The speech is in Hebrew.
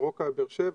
סורוקה בבאר שבע,